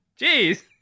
Jeez